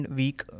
week